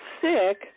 sick